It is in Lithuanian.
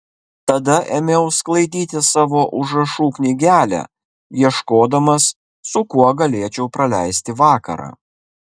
tada ėmiau sklaidyti savo užrašų knygelę ieškodamas su kuo galėčiau praleisti vakarą